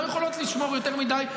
הן לא יכולות לשמור יותר מדי,